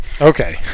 Okay